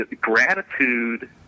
gratitude